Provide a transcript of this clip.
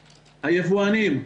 היבואנים.